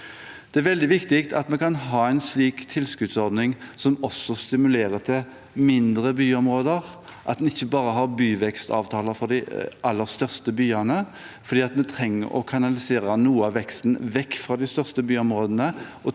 Det er veldig viktig at vi kan ha en slik tilskuddsordning som også stimulerer til mindre byområder, at man ikke bare har byvekstavtaler for de aller største byene. Vi trenger å kanalisere noe av veksten vekk fra de største byområdene